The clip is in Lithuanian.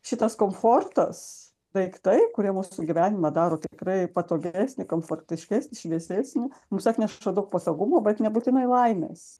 šitas komfortas daiktai kurie mūsų gyvenimą daro tikrai patogesnį komfortiškesnį šviesesnį mums atneša daug patogumo bet nebūtinai laimės